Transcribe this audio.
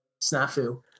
snafu